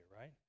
right